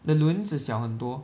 the 轮子小很多